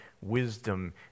wisdom